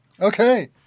Okay